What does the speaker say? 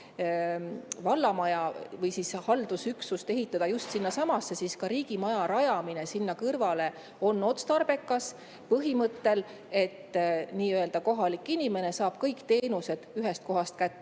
vallamaja või haldushoone ehitada just sinnasamasse, siis ka riigimaja rajamine sinna kõrvale on otstarbekas, kuna kohalik inimene saab kõik teenused ühest kohast kätte.